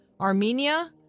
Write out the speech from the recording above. Armenia